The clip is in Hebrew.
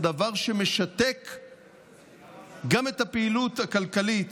הוא דבר שגם משתק את הפעילות הכלכלית